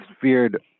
feared